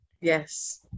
Yes